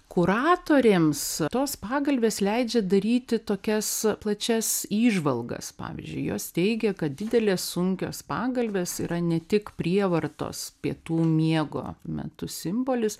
kuratorėms tos pagalvės leidžia daryti tokias plačias įžvalgas pavyzdžiui jos teigia kad didelės sunkios pagalvės yra ne tik prievartos pietų miego metu simbolis